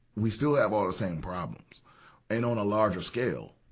we still have all the same problems and on a larger scale.